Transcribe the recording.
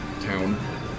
town